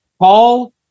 Paul